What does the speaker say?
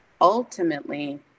ultimately